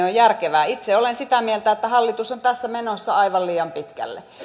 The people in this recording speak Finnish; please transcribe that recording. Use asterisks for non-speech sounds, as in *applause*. *unintelligible* on on järkevää itse olen sitä mieltä että hallitus on tässä menossa aivan liian pitkälle